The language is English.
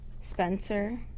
Spencer